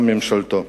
וגם ממשלתו.